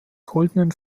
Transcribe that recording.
goldenen